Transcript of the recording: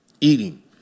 Eating